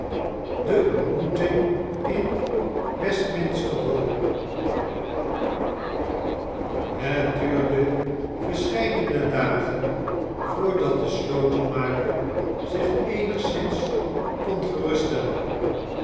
de ontmoeting in westminsterhall het duurde verscheidene dagen voordat de slotenmaker zich eenigszins kon